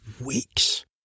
weeks